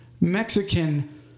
Mexican